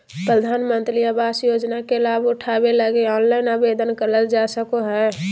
प्रधानमंत्री आवास योजना के लाभ उठावे लगी ऑनलाइन आवेदन करल जा सको हय